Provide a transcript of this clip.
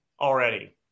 already